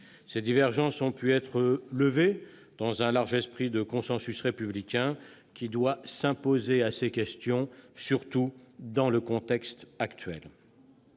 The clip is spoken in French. Ces divergences ont pu être surmontées grâce à un esprit de large consensus républicain, qui doit s'imposer sur ces questions, surtout dans le contexte actuel.